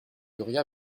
doria